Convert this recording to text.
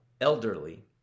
elderly